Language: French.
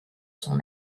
son